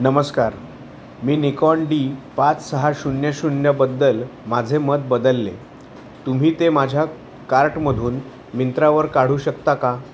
नमस्कार मी Nikon D पाच सहा शून्य शून्यबद्दल माझे मत बदलले तुम्ही ते माझ्या कार्टमधून मिंत्रावर काढू शकता का